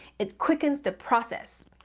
it quickens the process,